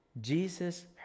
Jesus